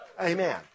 Amen